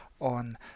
on